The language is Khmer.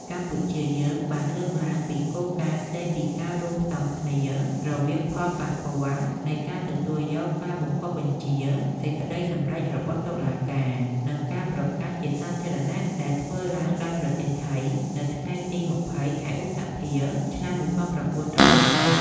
កម្ពុជាយើងបានលើកឡើងពីគោលការណ៍ស្ដីពីការរួមផ្សំគ្នារវាងផលប៉ះពាល់នៃការទទួលយកការបង្គាប់បញ្ជា សេចក្ដីសម្រេចរបស់តុលាការ និង ការប្រកាសជាសាធារណៈដែល ធ្វើឡើងដោយប្រទេសថៃ នៅថ្ងៃទី២០ ខែឧសភា ឆ្នាំ១៩៥០។